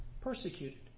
persecuted